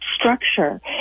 structure